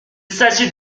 s’agit